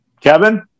Kevin